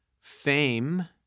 fame